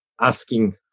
asking